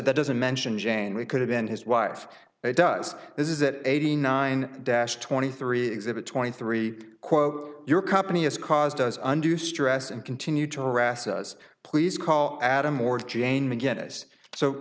that doesn't mention jane we could have been his wife it does this is that eighty nine dash twenty three exhibit twenty three quote your company has caused us under stress and continue to harass us please call adam or jane mcginnis so